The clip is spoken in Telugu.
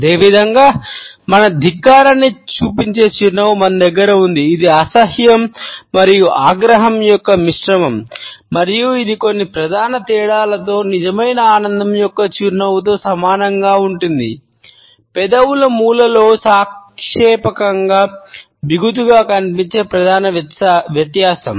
అదేవిధంగా మన ధిక్కారాన్ని చూపించే చిరునవ్వు మన దగ్గర ఉంది ఇది అసహ్యం మరియు ఆగ్రహం యొక్క మిశ్రమం మరియు ఇది కొన్ని ప్రధాన తేడాలతో నిజమైన ఆనందం యొక్క చిరునవ్వుతో సమానంగా ఉంటుంది పెదవుల మూలలో సాపేక్షంగా బిగుతుగా కనిపించేది ప్రధాన వ్యత్యాసం